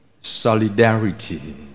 Solidarity